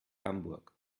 hamburg